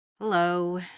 Hello